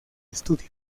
estudio